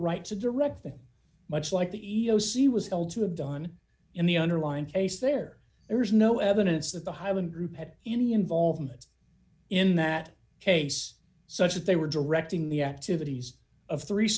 right to direct them much like the e e o c was held to have done in the underlying case there is no evidence that the highland group had any involvement in that case such that they were directing the activities of three